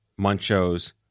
Munchos